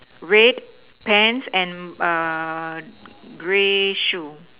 red pants and gray shoe